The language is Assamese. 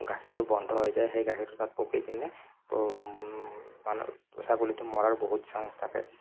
গাখীৰটো বন্ধ হৈ যায় সেই গাখীৰটো তাত পকী কিনে মানে ছাগলীটো মৰাৰ বহুত চাঞ্চ থাকে